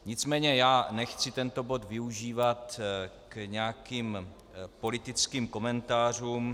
Nicméně nechci tento bod využívat k nějakým politickým komentářům.